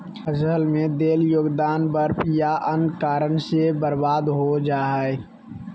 फसल में देल योगदान बर्फ या अन्य कारन से बर्बाद हो जा हइ